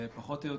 שפחות או יותר,